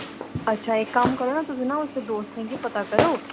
अच्छा इक कम्म करो ना तुस ना उसदे दोस्तें गी पता करो